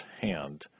hand